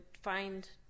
find